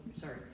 sorry